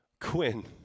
Quinn